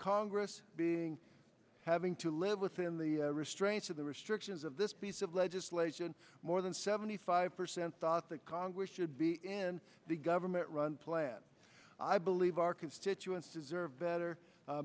congress being having to live within the restraints of the restrictions of this piece of legislation more than seventy five percent thought that congress should be in the government run plan i believe our constituents deserve better